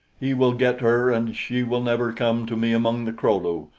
he will get her and she will never come to me among the kro-lu,